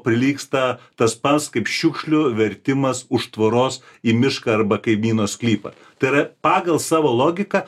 prilygsta tas pats kaip šiukšlių vertimas už tvoros į mišką arba kaimyno sklypą tai yra pagal savo logiką